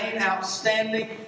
outstanding